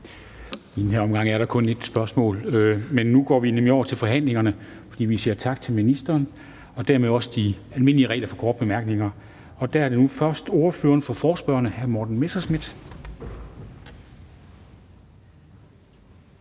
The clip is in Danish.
I den her omgang er der kun et spørgsmål til hver. Men nu går vi over til forhandlingen. Vi siger tak til ministeren, og nu gælder dermed også de almindelige regler for korte bemærkninger. Det er først ordføreren for forespørgerne, hr. Morten Messerschmidt.